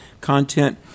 content